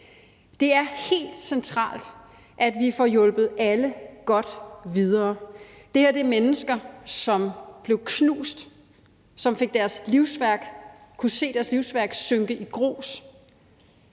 Det er helt centralt, at vi får hjulpet alle godt videre. Det her er mennesker, som blev knust, som kunne se deres livsværk synke i grus,